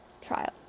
trial